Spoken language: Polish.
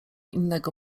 innego